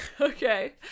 okay